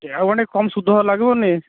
କମ୍ ସୁଧ ଲାଗିବନି